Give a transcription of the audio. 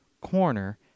corner